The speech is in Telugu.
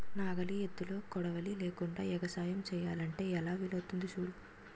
నాగలి, ఎద్దులు, కొడవలి లేకుండ ఎగసాయం సెయ్యమంటే ఎలా వీలవుతాది సూడు